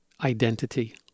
identity